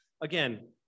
Again